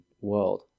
world